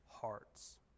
hearts